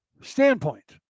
standpoint